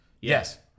Yes